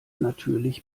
natürlich